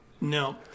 No